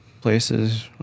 places